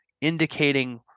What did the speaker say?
indicating